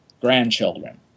grandchildren